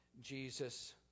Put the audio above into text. Jesus